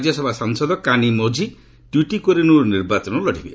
ରାଜ୍ୟସଭା ସାଂସଦ କାନୀ ମୋଝି ଟ୍ୱିଟିକୋରିନ୍ରୁ ନିର୍ବାଚନ ଲଢ଼ିବେ